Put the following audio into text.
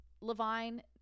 Levine